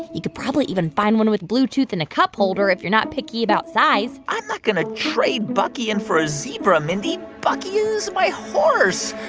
you could probably even find one with bluetooth and a cup holder if you're not picky about size i'm not going to trade bucky in and for a zebra, mindy. bucky is my horse.